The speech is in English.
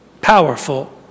Powerful